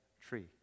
tree